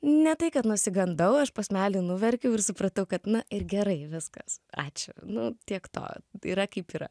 ne tai kad nusigandau aš posmelį nuverkiau ir supratau kad na ir gerai viskas ačiū nu tiek to yra kaip yra